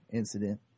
incident